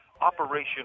Operation